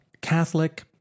Catholic